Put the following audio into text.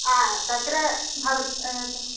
हा तत्र भवत् तत्